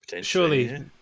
surely